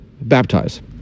baptize